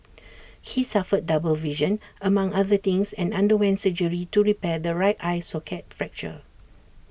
he suffered double vision among other things and underwent surgery to repair the right eye socket fracture